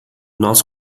nós